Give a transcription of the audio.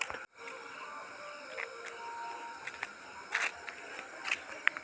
केन्द्रीय बैंक में निवेश की जानकारी मिल जतई